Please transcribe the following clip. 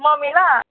mummy ल